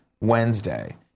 Wednesday